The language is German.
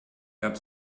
gab